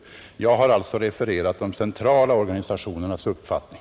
Jag har alltså refererat de centrala organisationernas uppfattning.